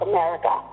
America